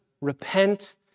repent